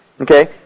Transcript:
Okay